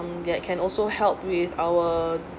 can also help with our